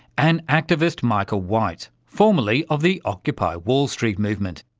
and activist micah white, formerly of the occupy wall street movement.